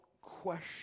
question